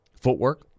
Footwork